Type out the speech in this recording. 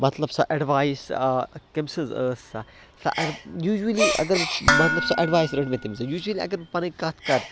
مطلب سۄ اٮ۪ڈوایِس کٔمۍ سٕنٛز ٲس سۄ سۄ اَڈ یوٗجؤلی اگر بہٕ مطلب سۄ اٮ۪ڈوایِس رٔٹۍ مےٚ تٔمۍ سٕنٛز یوٗجؤلی اگر بہٕ پَنٕنۍ کَتھ کَرٕ